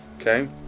Okay